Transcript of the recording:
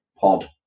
pod